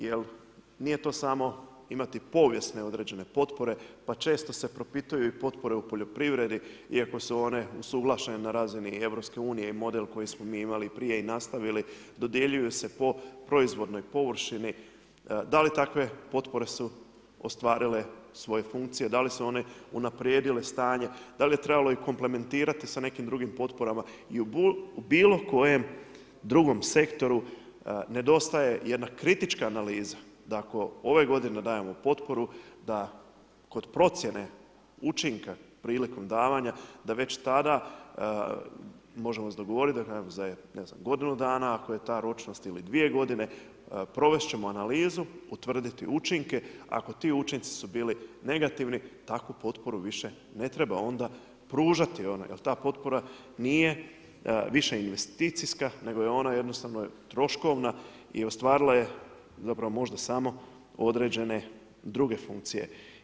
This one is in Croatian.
Jer nije to samo imati povijesne određene potpore pa često se propituju i potpore u poljoprivredi, iako su one usuglašene na razini EU i model koji smo mi imali prije i nastavili, dodjeljuju se po proizvodnoj površini, da li takve potpore su ostvarile svoje funkcije, da li su one unaprijedile stanje, da li je trebalo ih komplementirati sa nekim drugim potporama i u bilo kojem drugom sektoru nedostaje jedna kritička analiza, da ako ove godine dajemo potporu, da kroz procjene učinka prilikom davanja, da već tada možemo se dogovorit, ne znam za godinu dana ako je ta ročnost ili dvije godine, provest ćemo analizu, utvrditi učinke, ako ti učinci su bili negativni, takvu potporu više ne treba onda pružati, jer ta potpora nije više investicijska, nego je ona jednostavno troškovna i ostvarila je možda samo određene druge funkcije.